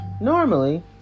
normally